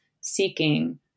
seeking